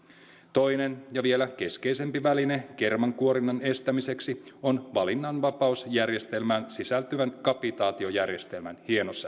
toinen ja vielä keskeisempi väline kermankuorinnan estämiseksi on valinnanvapausjärjestelmään sisältyvän kapitaatiojärjestelmän hienosäätö